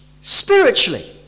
spiritually